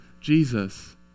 Jesus